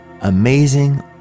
amazing